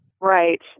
Right